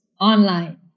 online